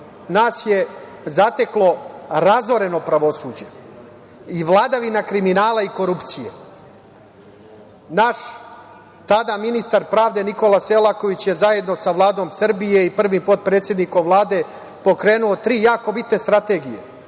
nas je zateklo razoreno pravosuđe i vladavina kriminala i korupcije. Naš, tada, ministar pravde, Nikola Selaković je zajedno sa Vladom Srbije i prvim potpredsednikom Vlade pokrenuo tri jako bitne strategije.